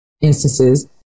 instances